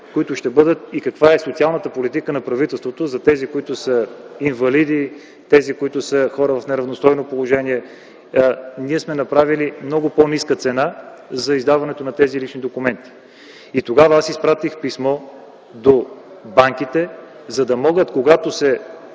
които ще бъдат и каква е социалната политика на правителството за тези, които са инвалиди, които са в неравностойно положение. Ние сме направили много по-ниска цена за издаването на тези лични документи. Тогава аз изпратих писмо до банките за парите, които се